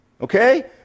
Okay